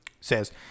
says